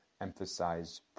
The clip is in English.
emphasize